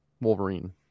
Wolverine